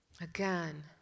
Again